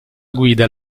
guida